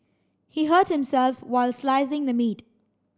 he hurt himself while slicing the meat